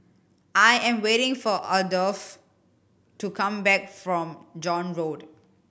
I am waiting for Adolfo to come back from John Road